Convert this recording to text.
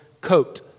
coat